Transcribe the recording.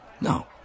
No